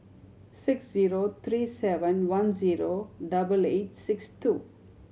six zero three seven one zero double eight six two